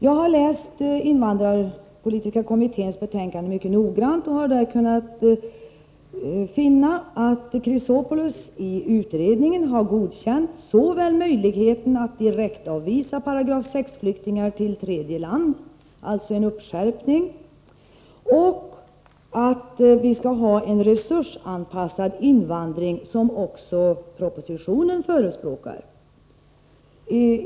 Jag har läst invandrarpolitiska kommitténs betänkande mycket noggrant och har där kunnat finna att Alexander Chrisopoulos i utredningen har godkänt såväl möjligheten att direktavvisa ”§ 6-flyktingar” till tredje land, alltså en skärpning, som att vi skall ha en resursanpassad invandring, vilket också propositionen förespråkar.